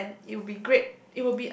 but then it will be great